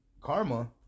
karma